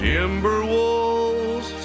Timberwolves